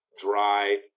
dry